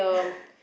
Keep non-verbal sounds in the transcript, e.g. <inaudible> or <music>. <breath>